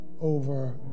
over